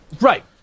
Right